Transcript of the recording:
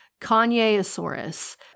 Kanyeosaurus